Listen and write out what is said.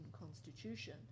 constitution